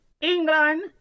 England